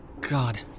God